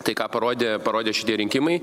tai ką parodė parodė šitie rinkimai